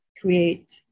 create